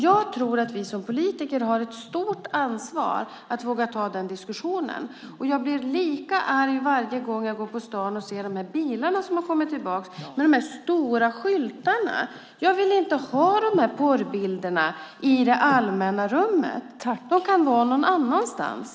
Jag tror att vi som politiker har ett stort ansvar att våga ta den diskussionen. Jag blir också lika arg varje gång jag går på stan och ser de där bilarna med stora skyltar som har kommit tillbaka. Jag vill inte ha de porrbilderna i det allmänna rummet. De kan vara någon annanstans.